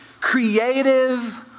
creative